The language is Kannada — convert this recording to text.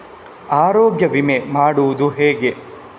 ಆರೋಗ್ಯ ವಿಮೆ ಮಾಡುವುದು ಹೇಗೆ?